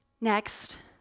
Next